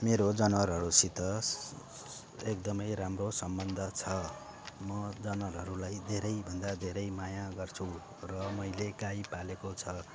मेरो जनवारहरूसित एकदमै राम्रो सम्बन्ध छ म जनवारहरूलाई धेरैभन्दा धेरै माया गर्छु र मैले गाई पालेको छ